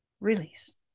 release